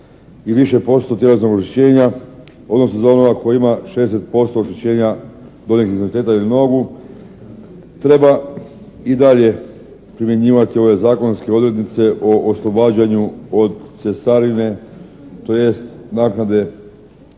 i više posto tjelesnog oštećenja, odnosno za onoga koji ima 60% oštećenja gornjeg ekstremiteta ili nogu treba i dalje primjenjivati ove zakonske odrednice o oslobađanju od cestarine, tj. naknade,